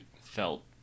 felt